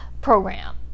program